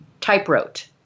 typewrote